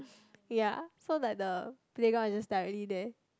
ya so like the playground is just directly there